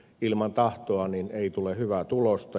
ilman tahtoa ei tule hyvää tulosta